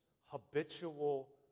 habitual